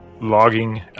logging